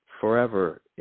forever